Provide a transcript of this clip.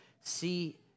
see